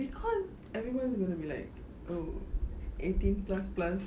cause everyone gonna be like uh eighteen plus plus